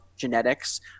genetics